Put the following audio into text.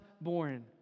born